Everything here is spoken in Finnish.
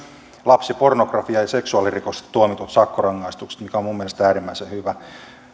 lapsipornografia ja seksuaalirikoksesta tuomitut sakkorangaistukset mikä on minun mielestäni äärimmäisen hyvä asia